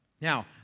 Now